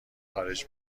خارج